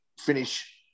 finish